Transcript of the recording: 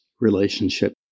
relationship